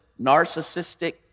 narcissistic